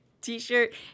T-shirt